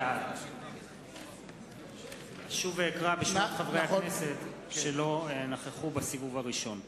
בעד אקרא שוב בשמות חברי הכנסת שלא נכחו בסיבוב הראשון.